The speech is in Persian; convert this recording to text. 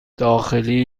داخلی